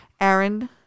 Aaron